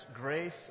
grace